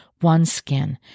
OneSkin